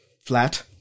flat